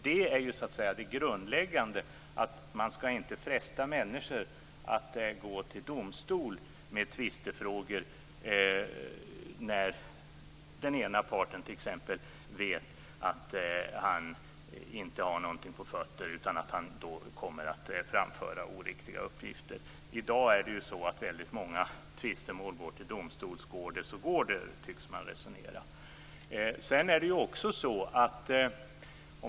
Det grundläggande är ju att man inte skall fresta människor att gå till domstol med tvistefrågor t.ex. när den ena parten vet att han inte har något på fötterna utan kommer att framföra oriktiga uppgifter. I dag går väldigt många tvistemål till domstol, och man tycks resonera som så, att går det så går det.